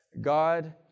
God